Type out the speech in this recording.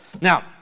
Now